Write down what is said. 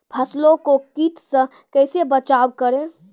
फसलों को कीट से कैसे बचाव करें?